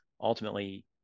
ultimately